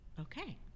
okay